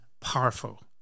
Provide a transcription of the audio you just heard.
powerful